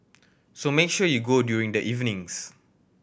so make sure you go during the evenings